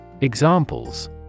Examples